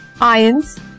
ions